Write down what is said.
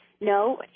no